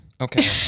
Okay